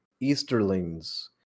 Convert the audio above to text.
Easterlings